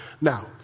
Now